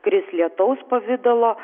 kris lietaus pavidalo